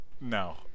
No